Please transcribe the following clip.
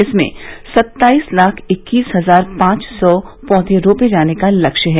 इसमें सत्ताइस लाख इक्कीस हजार पांच सौ पौधे रोपे जाने का लक्ष्य है